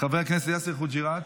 חבר הכנסת יאסר חוג'יראת,